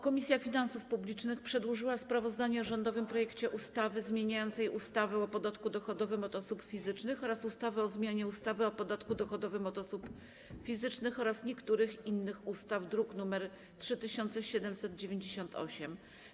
Komisja Finansów Publicznych przedłożyła sprawozdanie o rządowym projekcie ustawy zmieniającej ustawę o podatku dochodowym od osób fizycznych oraz ustawę o zmianie ustawy o podatku dochodowym od osób fizycznych oraz niektórych innych ustaw, druk nr 3798.